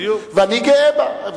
ואני גאה בה.